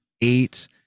eight